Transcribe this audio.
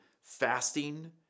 fasting